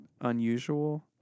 unusual